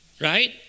right